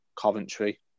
Coventry